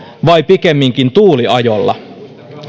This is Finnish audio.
vai pikemminkin tuuliajolla